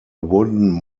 wooden